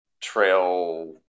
trail